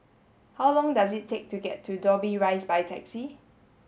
how long does it take to get to Dobbie Rise by taxi